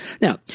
Now